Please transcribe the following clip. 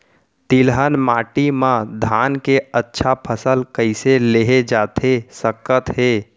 तिलहन माटी मा धान के अच्छा फसल कइसे लेहे जाथे सकत हे?